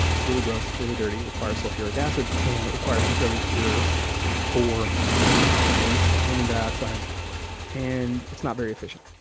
it's really gross. it's really dirty, it requires sulfuric acid, and it requires a fairly pure ore to turn into titanium dioxide and it's not very efficient.